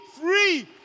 free